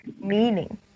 meaning